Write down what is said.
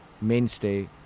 mainstay